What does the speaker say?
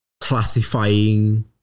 classifying